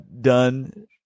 done